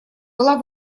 была